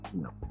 no